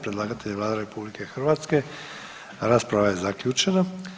Predlagatelj je Vlada RH, rasprava je zaključena.